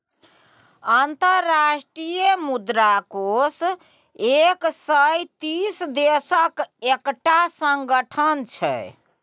अंतर्राष्ट्रीय मुद्रा कोष एक सय तीस देशक एकटा संगठन छै